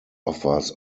offers